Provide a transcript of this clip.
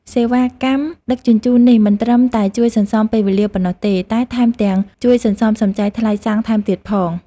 សេវាកម្មដឹកជញ្ជូននេះមិនត្រឹមតែជួយសន្សំពេលវេលាប៉ុណ្ណោះទេ តែថែមទាំងជួយសន្សំសំចៃថ្លៃសាំងថែមទៀតផង។